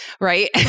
Right